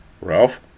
Ralph